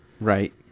Right